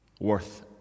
worth